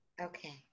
Okay